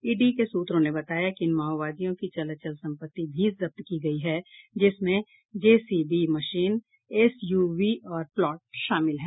ED के सूत्रों ने बताया कि इन माओवादियों की चल अचल संपत्ति भी जब्त की गयी है जिसमें जेसीबी मशीन एसयूवी और प्लॉट शामिल हैं